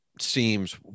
seems